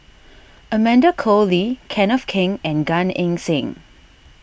Amanda Koe Lee Kenneth Keng and Gan Eng Seng